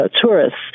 tourists